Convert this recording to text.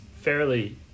fairly